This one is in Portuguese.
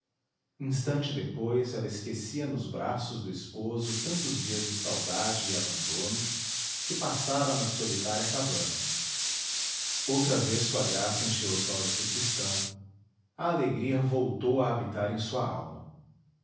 instante depois ela esquecia nos braços do esposo tantos dias de saudade e abandono que passara na solitária cabana outra vez sua graça encheu os olhos do cristão a alegria voltou a habitar em sua alma